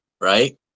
right